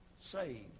Saved